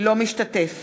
אינו משתתף